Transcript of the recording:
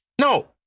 No